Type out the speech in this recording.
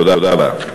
תודה רבה.